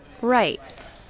Right